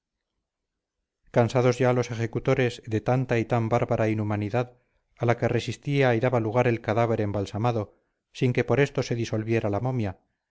cansados ya los ejecutores de tanta y tan bárbara inhumanidad a la que resistía y daba lugar el cadáver embalsamado sin que por esto se disolviera la momia